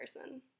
person